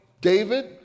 David